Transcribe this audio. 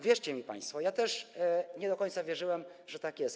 Wierzcie mi państwo, ja też nie do końca wierzyłem, że tak jest.